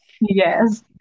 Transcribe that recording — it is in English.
yes